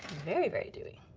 very, very dewy.